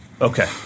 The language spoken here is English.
Okay